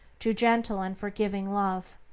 to gentle and forgiving love.